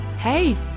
Hey